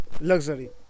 luxury